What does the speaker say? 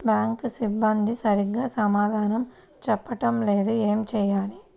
Bank సిబ్బంది సరిగ్గా సమాధానం చెప్పటం లేదు ఏం చెయ్యాలి?